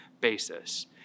basis